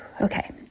Okay